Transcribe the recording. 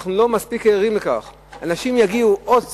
אנחנו לא מספיק ערים לכך, אנשים יגיעו, עוד קצת,